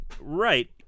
Right